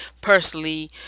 personally